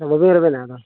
ᱵᱟᱹᱵᱤᱱ ᱨᱮᱵᱮᱱᱟ ᱟᱫᱚ